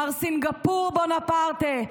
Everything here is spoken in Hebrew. מר סינגפור בונפרטה,